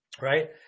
right